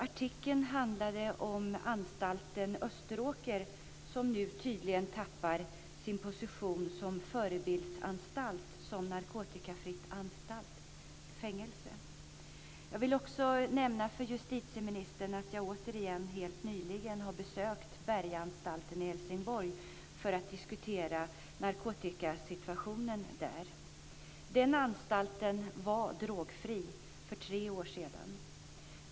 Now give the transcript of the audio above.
Artikeln handlade om anstalten Österåker som nu tydligen tappar sin position som förebild som narkotikafritt fängelse. Jag vill också nämna för justitieministern att jag återigen helt nyligen har besökt Bergaanstalten i Helsingborg för att diskutera narkotikasituationen där. Den anstalten var drogfri för tre år sedan.